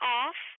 off